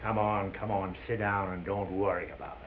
come on come on sit down and don't worry about